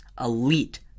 elite